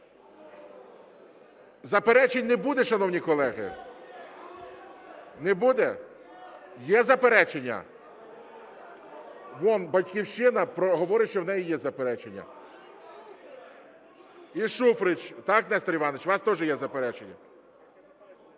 Заперечень не буде, шановні колеги? Не буде? Є заперечення. Он "Батьківщина" говорить, що в неї є заперечення. І Шуфрич. Так, Нестор Іванович, у вас теж є заперечення?